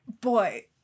boy